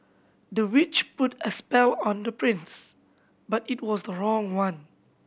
the witch put a spell on the prince but it was the wrong one